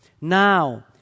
Now